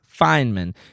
Feynman